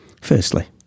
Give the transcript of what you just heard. Firstly